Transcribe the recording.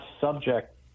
subject